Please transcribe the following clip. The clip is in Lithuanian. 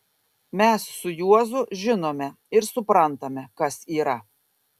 mes su juozu žinome ir suprantame kas yra